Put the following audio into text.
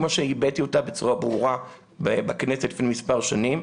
כמו שהבעתי אותה בצורה ברורה בכנסת לפני מספר שנים,